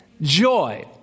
joy